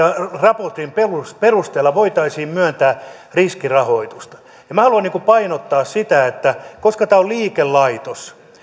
raportin perusteella voitaisiin myöntää riskirahoitusta minä haluan painottaa sitä että koska tämä on liikelaitos